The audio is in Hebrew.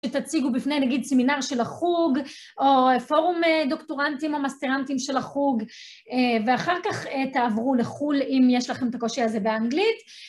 שתציגו בפני, נגיד, סמינר של החוג או פורום דוקטורנטים או מסטרנטים של החוג ואחר כך תעברו לחו"ל אם יש לכם את הקושי הזה באנגלית.